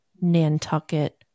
Nantucket